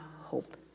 hope